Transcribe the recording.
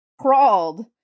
crawled